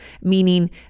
meaning